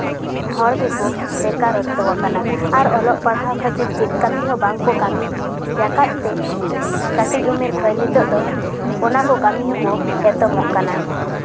ᱦᱚᱲ ᱜᱮᱠᱚ ᱵᱮᱠᱟᱨᱚᱛᱛᱚᱣ ᱟᱠᱟᱱᱟ ᱟᱨ ᱚᱞᱚᱜ ᱯᱟᱲᱦᱟᱣ ᱠᱷᱟᱹᱛᱤᱨ ᱪᱮᱫ ᱠᱟᱹᱢᱤ ᱦᱚᱸ ᱵᱟᱝᱠᱚ ᱠᱟᱹᱢᱤᱭᱟᱠᱟᱫ ᱛᱮ ᱠᱟᱹᱴᱤᱡ ᱩᱢᱮᱨ ᱠᱷᱚᱱ ᱱᱤᱛᱚᱜ ᱫᱚ ᱚᱱᱟ ᱠᱚ ᱠᱟᱹᱢᱤ ᱦᱚᱸᱠᱚ ᱮᱛᱚᱢᱚᱜ ᱠᱟᱱᱟ